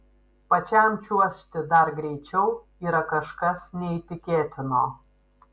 pačiam čiuožti dar greičiau yra kažkas neįtikėtino